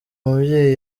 mubyeyi